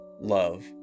love